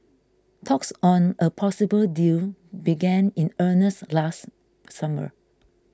talks on a possible deal began in earnest last summer